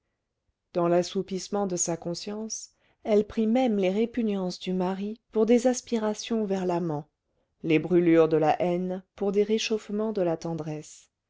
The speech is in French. dans l'assoupissement de sa conscience elle prit même les répugnances du mari pour des aspirations vers l'amant les brûlures de la haine pour des réchauffements de la tendresse